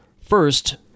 First